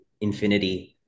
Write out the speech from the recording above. infinity